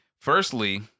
Firstly